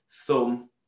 thumb